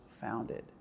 founded